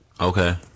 Okay